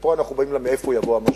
ופה אנחנו באים לשאלה מאיפה יבוא המשבר.